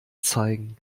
zeigen